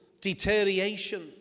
deterioration